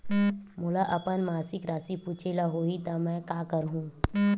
मोला अपन मासिक राशि पूछे ल होही त मैं का करहु?